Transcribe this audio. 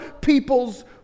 people's